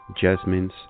jasmines